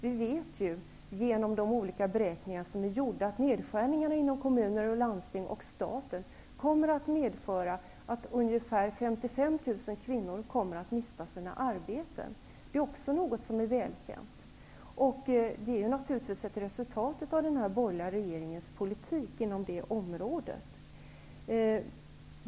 Vi vet genom de olika beräkningar som har gjorts att nedskärningarna inom kommuner, landsting och staten kommer att medföra att ungefär 55 000 kvinnor kommer att mista sina arbeten. Det är också välkänt. Det är naturligtvis ett resultat av den borgerliga regeringens politik inom det området.